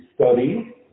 study